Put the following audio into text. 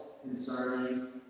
concerning